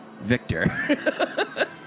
Victor